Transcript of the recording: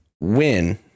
win